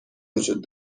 وجود